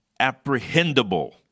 apprehendable